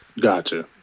Gotcha